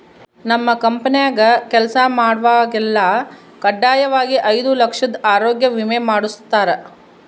ನಮ್ ಕಂಪೆನ್ಯಾಗ ಕೆಲ್ಸ ಮಾಡ್ವಾಗೆಲ್ಲ ಖಡ್ಡಾಯಾಗಿ ಐದು ಲಕ್ಷುದ್ ಆರೋಗ್ಯ ವಿಮೆ ಮಾಡುಸ್ತಾರ